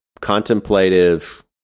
contemplative